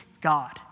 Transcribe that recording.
God